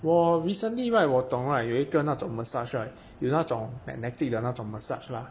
我 recently right 我懂 right 有一个那种 massage right 有那种 magnetic 的那种 massage lah